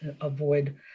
avoid